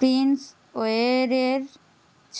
Prince ওয়্যারের